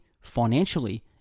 financially